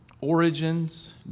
origins